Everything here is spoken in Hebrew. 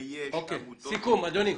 ויש עמותות --- נכון,